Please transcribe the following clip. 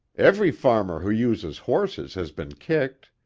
every farmer who uses horses has been kicked.